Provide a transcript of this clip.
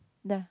nah